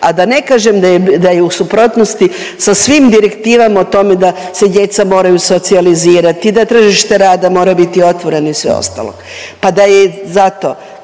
a da ne kažem da je u suprotnosti sa svim direktivama o tome da se djeca moraju socijalizirati, da tržište rada mora biti otvoreno i sve ostalo. Pa da je za to